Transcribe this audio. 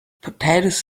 potatoes